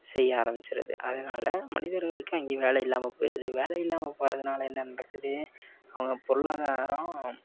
செய்ய ஆரம்பிச்சிருது அதனால் மனிதர்களுக்கு அங்கே வேலை இல்லாமல் போயிருது வேலை இல்லாமல் போகறதுனால என்ன நடக்குது அவங்க பொருளாதாரம்